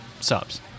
subs